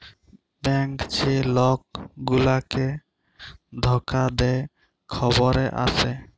bank যে লক গুলাকে ধকা দে খবরে আসে